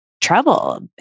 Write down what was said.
trouble